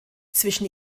zwischen